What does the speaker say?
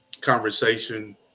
conversation